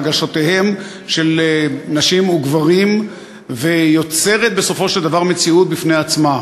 הרגשותיהם של נשים וגברים ויוצרת בסופו של דבר מציאות בעצמה.